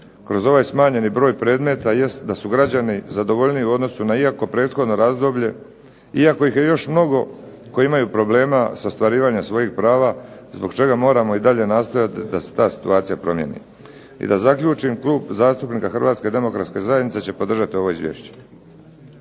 kroz ovaj smanjeni broj predmeta, jest da su građani zadovoljniji u odnosu na prethodno razdoblje, iako ih je još mnogo koji imaju problema sa ostvarivanjem svojih prava zbog čega moramo i dalje nastojati da se ta situacija promijeni. I da zaključim, Klub zastupnika Hrvatske demokratske zajednice će podržati ovo Izvješće.